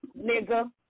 nigga